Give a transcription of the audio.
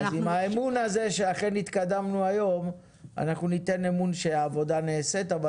אז עם האמון הזה שאכן התקדמנו היום אנחנו ניתן אמון שהעבודה נעשית אבל